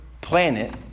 planet